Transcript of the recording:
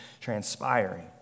transpiring